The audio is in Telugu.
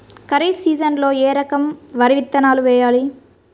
ఖరీఫ్ సీజన్లో ఏ రకం వరి విత్తనాలు వేయాలి?